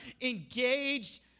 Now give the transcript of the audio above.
engaged